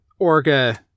Orga